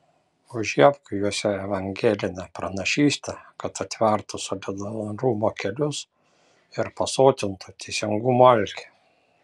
užžiebk juose evangelinę pranašystę kad atvertų solidarumo kelius ir pasotintų teisingumo alkį